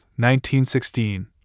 1916